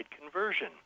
conversion